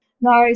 No